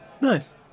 nice